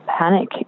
panic